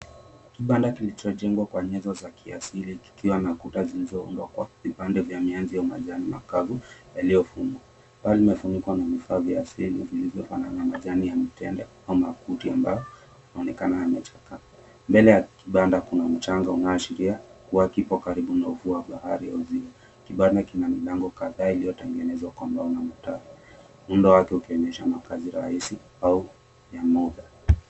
Kibanda kilichojengwa kwa nyuzo za kiasili kikiwa na kuta zilizoundwa kwa vipande vya mianzi au majani makavu yaliyofungwa. Paa limefunikwa na vifaa vya asili vilivyofanana majani ya mitende au makuti ambayo yanaonekana yamechakaa. Mbele ya kibanda kuna mchanga unaoashiria kuwa kipo karibu na ufuo wa bahari au ziwa. Kibanda kina milango kadhaa iliyotengenezwa kwa mbao na matawi, muundo wake ukionyesha makazi rahisi au ya moga.